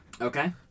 Okay